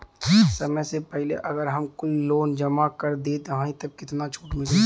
समय से पहिले अगर हम कुल लोन जमा कर देत हई तब कितना छूट मिली?